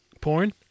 porn